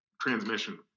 transmission